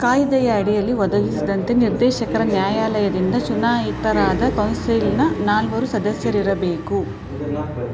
ಕಾಯಿದೆಯ ಅಡಿಯಲ್ಲಿ ಒದಗಿಸಿದಂತೆ ನಿರ್ದೇಶಕರ ನ್ಯಾಯಾಲಯದಿಂದ ಚುನಾಯಿತರಾದ ಕೌನ್ಸಿಲ್ನ ನಾಲ್ವರು ಸದಸ್ಯರಿರಬೇಕು